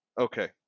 Okay